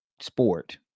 sport